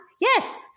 Yes